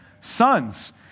sons